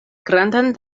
grandan